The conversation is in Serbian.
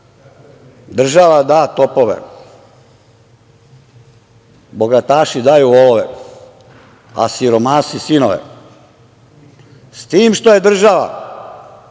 država da topove, bogataši daju volove, a siromasi sinove. S tim što je država